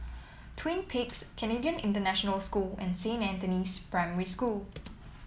Twin Peaks Canadian International School and Saint Anthony's Primary School